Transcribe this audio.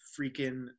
freaking